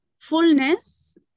fullness